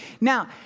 Now